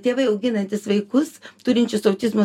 tėvai auginantys vaikus turinčius autizmo